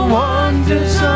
wonders